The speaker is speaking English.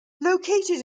located